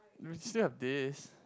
we still have these